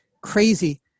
crazy